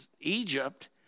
egypt